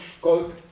called